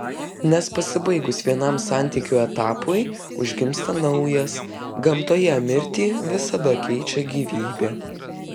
nes pasibaigus vienam santykių etapui užgimsta naujas gamtoje mirtį visada keičia gyvybė